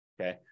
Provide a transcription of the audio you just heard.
okay